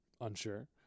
unsure